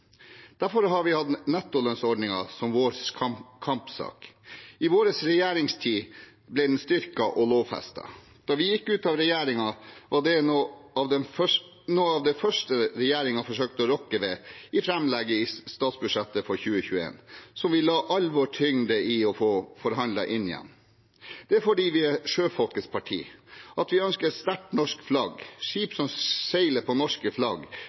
Derfor har vi hatt nettolønnsordningen som vår kampsak. I vår regjeringstid ble den styrket og lovfestet. Da vi gikk ut av regjering, var dette noe av det første regjeringen forsøkte å rokke ved i framlegget til statsbudsjettet for 2021, som vi la all vår tyngde i å få forhandlet inn igjen. Det er fordi vi er sjøfolkets parti at vi ønsker et sterkt norsk flagg. Skip som seiler under norsk flagg,